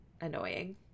annoying